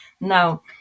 Now